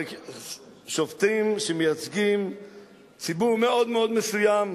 שופטים שמייצגים ציבור מאוד מאוד מסוים,